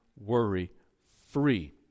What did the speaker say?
worry-free